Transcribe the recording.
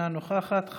אינה נוכחת,